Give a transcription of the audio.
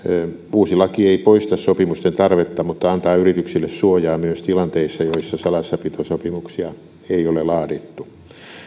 uusi laki ei poista sopimusten tarvetta mutta antaa yrityksille suojaa myös tilanteissa joissa salassapitosopimuksia ei ole laadittu